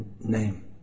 Name